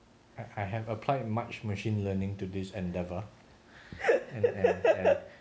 I have applied much machine learning to this endeavour